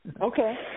Okay